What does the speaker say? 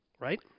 Right